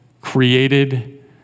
created